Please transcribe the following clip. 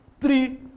three